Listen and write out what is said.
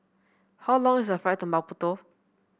how long is the flight to Maputo